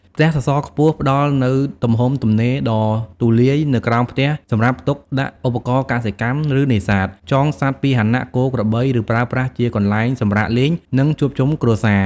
ផ្ទះសសរខ្ពស់ផ្តល់នូវទំហំទំនេរដ៏ទូលាយនៅក្រោមផ្ទះសម្រាប់ទុកដាក់ឧបករណ៍កសិកម្ម ឬនេសាទ ចងសត្វពាហនៈ គោ ក្របី ឬប្រើប្រាស់ជាកន្លែងសម្រាកលេង និងជួបជុំគ្រួសារ ។